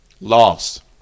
Lost